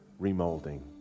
remolding